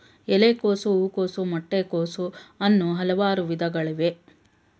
ಎಲೆಕೋಸು, ಹೂಕೋಸು, ಮೊಟ್ಟೆ ಕೋಸು, ಅನ್ನೂ ಹಲವಾರು ವಿಧಗಳಿವೆ